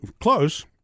Close